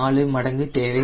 4 மடங்கு தேவை